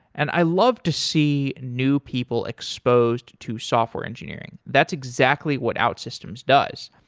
and i love to see new people exposed to software engineering. that's exactly what outsystems does.